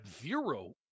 zero